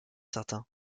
certain